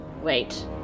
wait